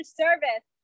service